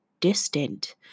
distant